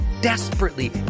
desperately